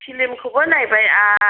फिलिमखौबो नायबाय आं